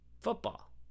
football